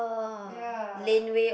ya